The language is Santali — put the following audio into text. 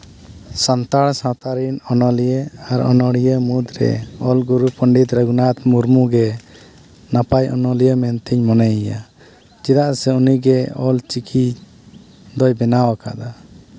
ᱥᱟᱱᱛᱟᱲ ᱥᱟᱶᱛᱟ ᱨᱮᱱ ᱚᱱᱚᱞᱤᱭᱟᱹ ᱟᱨ ᱚᱱᱚᱞᱤᱭᱟᱹ ᱢᱩᱫᱽᱨᱮ ᱚᱞᱜᱩᱨᱩ ᱯᱚᱱᱰᱤᱛ ᱨᱟᱹᱜᱷᱩᱱᱟᱛᱷ ᱢᱩᱨᱢᱩ ᱜᱮ ᱱᱟᱯᱟᱭ ᱚᱱᱚᱞᱤᱭᱟᱹ ᱢᱮᱱᱛᱤᱧ ᱢᱚᱱᱮᱭᱮᱭᱟ ᱪᱮᱫᱟᱜ ᱥᱮ ᱩᱱᱤ ᱜᱮ ᱚᱞ ᱪᱤᱠᱤ ᱫᱚᱭ ᱵᱮᱱᱟᱣ ᱠᱟᱫᱟ